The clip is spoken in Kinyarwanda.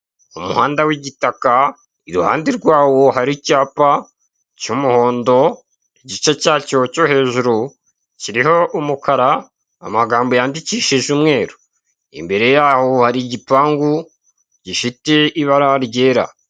Umuhanda w'igitaka iruhande rwawo hari icyapa cy'umuhondo igice cyacyo cyo hejuru kiriho umukara amagambo yandikishije umweru, imbere yaho hari igipangu gifite ibara ryera.